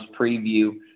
preview